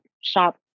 shop